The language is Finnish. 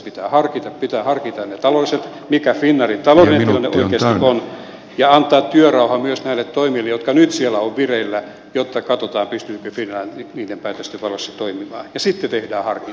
pitää harkita pitää harkita ne taloudelliset seikat mikä finnairin taloudellinen tilanne oikeasti on ja antaa työrauha myös näille toimille jotka nyt siellä ovat vireillä jotta katsotaan pystyykö finnair niiden päätösten valossa toimimaan